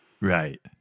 Right